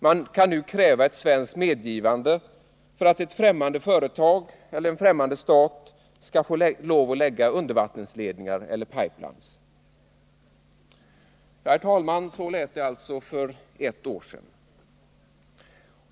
Man kan nu kräva svenskt medgivande för att ett fftämmande företag eller en främmande stat skall få lov att lägga undervattensledningar eller pipelines. Ja, herr talman, så lät det alltså för ett år sedan.